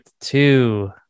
two